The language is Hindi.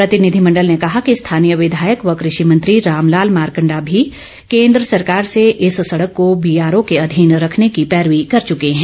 प्रतिनिधिमंडल ने कहा कि स्थानीय विधायक व कृषि मंत्री रामलाल मारकंडा भी केन्द्र सरकार से इस सड़क को बीआरओ के अधीन रखने की पैरवी कर चुके हैं